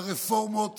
על רפורמות